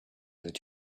that